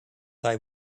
they